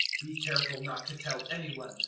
be careful not to tell any one,